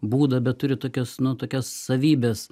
būdą bet turi tokias nu tokias savybes